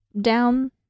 down